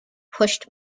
pushed